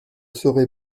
serai